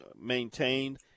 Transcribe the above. maintained